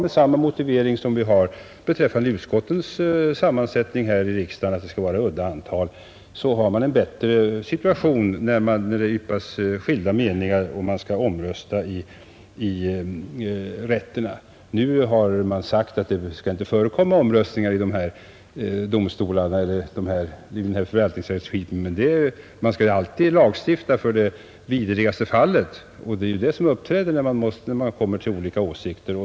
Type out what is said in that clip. Med samma motivering för ett udda antal ledamöter som vi har för utskottens sammansättning här i riksdagen kan det anföras att man är i en bättre situation när skilda meningar yppar sig och omröstning skall ske i rätterna. Nu har man sagt att det inte skall förekomma omröstningar vid domstolarna i denna förvaltningsrättskipning, men man skall ju alltid lagstifta med tanke på det vidrigaste fallet, och det är ju det som uppkommer när olika uppfattningar uppträder.